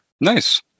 Nice